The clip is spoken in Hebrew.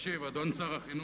אדוני שר החינוך,